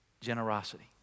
generosity